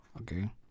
Okay